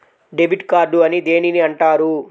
Debit card అని దేనిని అంటారు?